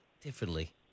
differently